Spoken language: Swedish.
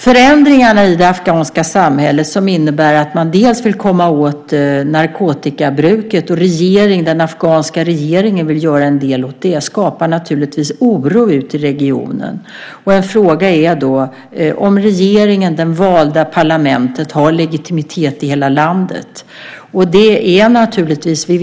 Förändringarna i det afghanska samhället som innebär att man vill komma åt narkotikabruket - den afghanska regeringen vill göra en del åt det - skapar naturligtvis oro i regionen. En fråga är om regeringen, det valda parlamentet, har legitimitet i hela landet.